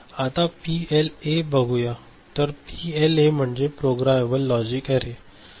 आता पीएलए बघूया तर पीएलए म्हणजे प्रोग्रामेबल लॉजिक अॅरे आहे